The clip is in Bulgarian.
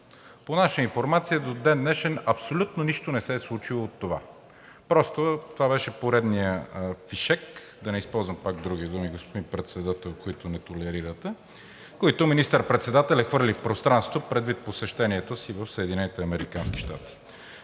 По наша информация до ден днешен абсолютно нищо от това не се е случило. Просто това беше поредният фишек, да не използвам пак други думи, господин Председател, които не толерирате, които министър председателят хвърли в пространството предвид посещението си в